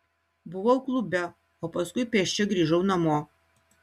buvau klube o paskui pėsčia grįžau namo